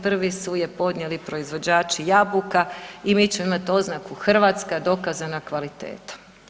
Prvi su je podnijeli proizvođači jabuka i mi ćemo imati oznaku hrvatska dokazana kvaliteta.